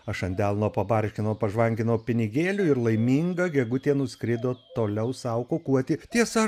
aš ant delno pabarškinau pažvanginau pinigėlių ir laiminga gegutė nuskrido toliau sau kukuoti tiesa